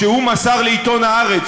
שהוא מסר לעיתון "הארץ".